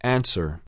Answer